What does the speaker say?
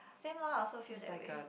same loh I also feel that way